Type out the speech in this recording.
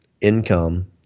income